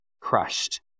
crushed